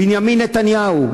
בנימין נתניהו,